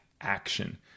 action